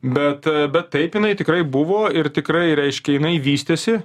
bet bet taip jinai tikrai buvo ir tikrai reiškia jinai vystėsi